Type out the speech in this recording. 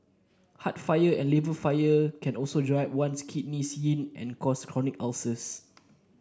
heart fire and liver fire can also dry up one's kidney yin and cause chronic ulcers